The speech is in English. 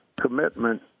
commitment